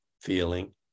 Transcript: feeling